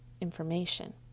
information